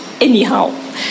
anyhow